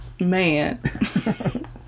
man